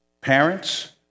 parents